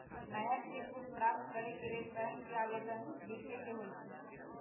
नया cheque book प्राप्त करेके लेल बैंक के आवेदन लीखे के होइ छइ